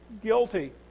guilty